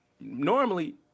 normally